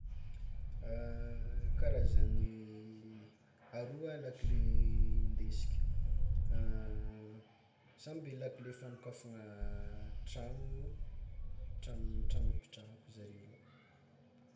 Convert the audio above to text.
Karazany aroa lakile indesiko samby lakile fagnokafana tragno tragno hipetrahako zareo roa.